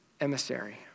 emissary